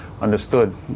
understood